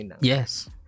Yes